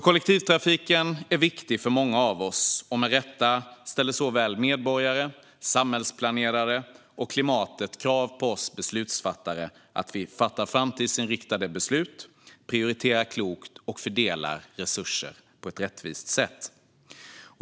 Kollektivtrafiken är alltså viktig för många av oss - och med rätta ställer både medborgare, samhällsplanerare och klimatet krav på oss beslutsfattare att vi fattar framtidsinriktade beslut, prioriterar klokt och fördelar resurser på ett rättvist sätt.